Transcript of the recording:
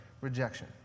rejection